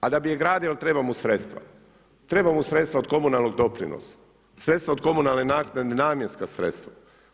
A da bi je gradio, treba mu sredstva, treba mu sredstva od komunalnog doprinosa, sredstva od komunalne naknade, namjesna sredstva.